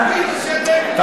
מי ישלם את העשירית הזאת?